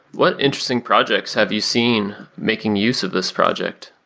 what interesting projects have you seen making use of this project?